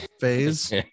phase